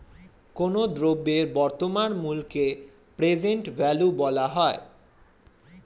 কোনো দ্রব্যের বর্তমান মূল্যকে প্রেজেন্ট ভ্যালু বলা হয়